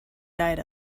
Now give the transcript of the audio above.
died